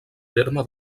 terme